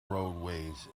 railways